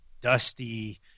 dusty